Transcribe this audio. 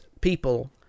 people